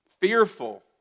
Fearful